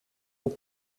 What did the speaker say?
een